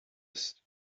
ist